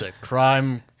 crime